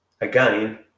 again